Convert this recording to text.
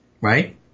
right